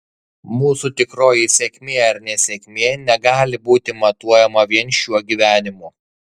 mūsų tikroji sėkmė ar nesėkmė negali būti matuojama vien šiuo gyvenimu